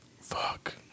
Fuck